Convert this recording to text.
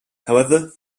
however